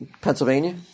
Pennsylvania